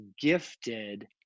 gifted